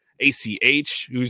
ACH